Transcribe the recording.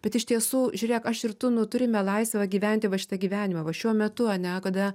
bet iš tiesų žiūrėk aš ir tu nu turime laisvę va gyventi va šitą gyvenimą va šiuo metu ane kada